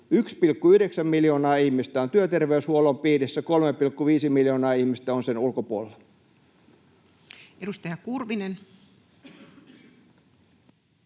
1,9 miljoonaa ihmistä on työterveyshuollon piirissä, 3,5 miljoonaa ihmistä on sen ulkopuolella. Edustaja Kurvinen.